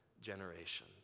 generation